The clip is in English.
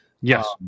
Yes